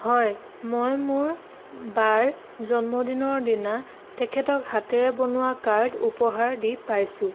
হয় মই মোৰ বাৰ জন্মদিনৰ দিনা তেখেতক হাতেৰে বনোৱা কাৰ্ড উপহাৰ দি পাইছোঁ